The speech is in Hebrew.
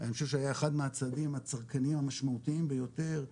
אני חושב שהיה אחד מהצעדים הצרכניים המשמעותיים ביותר,